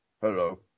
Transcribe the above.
hello